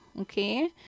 okay